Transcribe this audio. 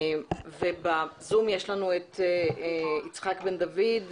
ובזום יש את יצחק בן דוד,